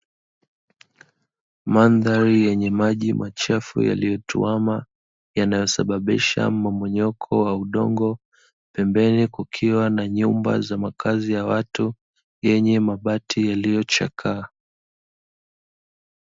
Mandhari yenye maji machafu yaliyo tuama, yanayo sababisha mmomonyoko wa udongo, pembeni kukiwa na nyumba za makazi ya watu, yenye mabati yaliyochakaa.